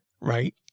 right